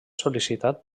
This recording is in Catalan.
sol·licitat